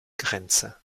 grenze